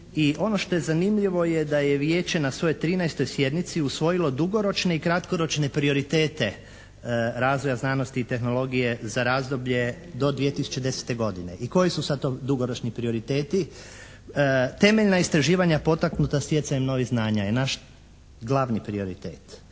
I ono što je zanimljivo je da je Vijeće na svojoj 13. sjednici usvojilo dugoročne i kratkoročne prioritete razvoja znanosti i tehnologije za razdoblje do 2010. godine. I koji su sad to dugoročni prioriteti? Temeljna istraživanja potaknuta stjecajem novih znanja je naš glavni prioritet.